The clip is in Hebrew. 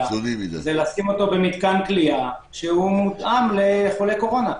לשים אותו במתקן כליאה שמותאם לחולי קורונה.